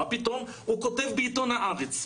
מה פתאום, הוא כותב בעיתון הארץ.